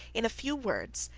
in a few words,